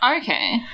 Okay